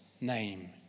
name